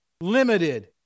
limited